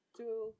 two